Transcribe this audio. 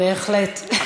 בהחלט.